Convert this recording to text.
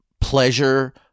pleasure